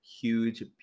huge